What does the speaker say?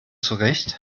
zurecht